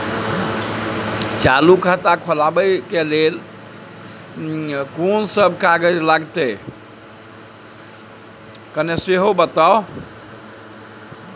चालू खाता खोलवैबे के लेल केना सब कागज लगतै किन्ने सेहो बताऊ?